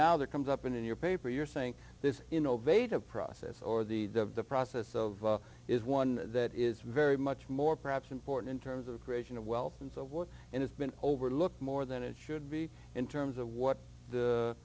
that comes up in your paper you're saying this innovative process or the the process of is one that is very much more perhaps important in terms of creation of wealth and so what and it's been overlooked more than it should be in terms of what